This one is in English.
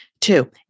Two